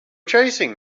chasing